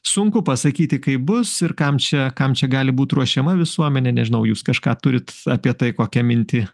sunku pasakyti kaip bus ir kam čia kam čia gali būt ruošiama visuomenė nežinau jūs kažką turit apie tai kokia mintį